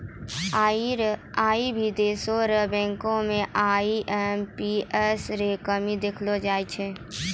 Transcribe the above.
आई भी देशो र बैंको म आई.एम.पी.एस रो कमी देखलो जाय छै